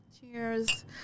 cheers